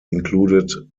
included